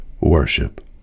worship